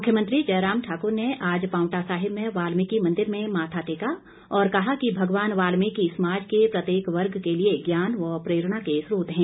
मुख्यमंत्री जयराम ठाकुर ने आज पांवटा साहिब में वाल्मीकि मंदिर में माथा टेका और कहा कि भगवान वाल्मीकि समाज के प्रत्येक वर्ग के लिए ज्ञान व प्रेरणा के स्रोत हैं